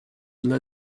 delà